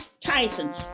Tyson